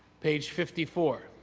page fifty four,